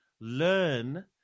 learn